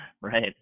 Right